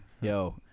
Yo